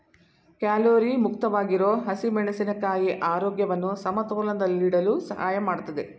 calorie ಮುಕ್ತವಾಗಿರೋ ಹಸಿಮೆಣಸಿನ ಕಾಯಿ ಆರೋಗ್ಯವನ್ನು ಸಮತೋಲನದಲ್ಲಿಡಲು ಸಹಾಯ ಮಾಡ್ತದೆ